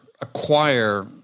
acquire